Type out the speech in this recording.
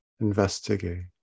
investigate